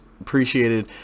appreciated